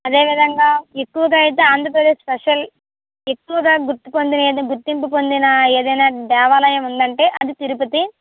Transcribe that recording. అదేవిధంగా ఎక్కువగా అయితే ఆంధ్రప్రదేశ్ స్పెషల్ ఎక్కువగా గుర్తి ఎక్కువగా గుర్తింపు పొందిన ఏదైనా దేవాలయం ఉంది అంటే అది తిరుపతి